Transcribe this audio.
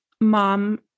mom